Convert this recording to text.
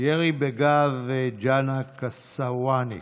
ירי בגב ג'נא קסוואני,